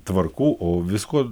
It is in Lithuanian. tvarkų o viskuo